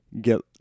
get